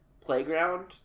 playground